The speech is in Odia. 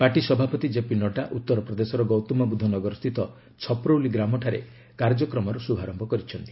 ପାର୍ଟି ସଭାପତି କେପି ନଡ୍ଡା ଉତ୍ତର ପ୍ରଦେଶର ଗୌତମ ବୁଦ୍ଧ ନଗର ସ୍ଥିତ ଛପ୍ରଉଲି ଗ୍ରାମଠାରେ କାର୍ଯ୍ୟକ୍ରମର ଶୁଭାରମ୍ଭ କରିଛନ୍ତି